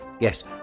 Yes